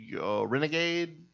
Renegade